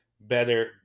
better